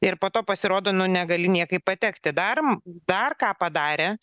ir po to pasirodo nu negali niekaip patekti darm dar ką padarė